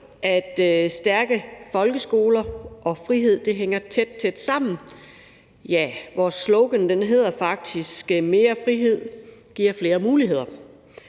at stærke folkeskoler og frihed hænger tæt sammen – ja, vores slogan er faktisk, at mere frihed giver flere muligheder.